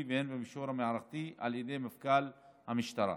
והן במישור המערכתי על ידי מפכ"ל המשטרה.